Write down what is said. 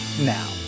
now